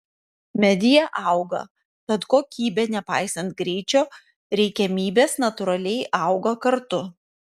media auga tad kokybė nepaisant greičio reikiamybės natūraliai auga kartu